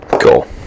Cool